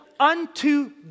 Unto